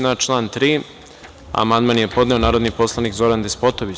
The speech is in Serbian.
Na član 3. amandman je podneo narodni poslanik Zoran Despotović.